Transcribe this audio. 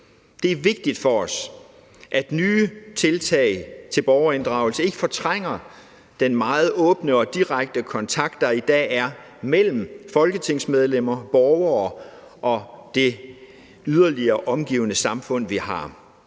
Det er vigtigt for os, at nye tiltag til borgerinddragelse ikke fortrænger den meget åbne og direkte kontakt, der i dag er mellem folketingsmedlemmer, borgere og det yderligere omgivende samfund, vi har.